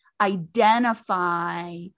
identify